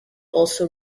also